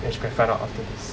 let's go and find out after this